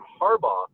Harbaugh